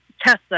Tessa